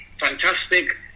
fantastic